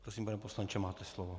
Prosím, pane poslanče, máte slovo.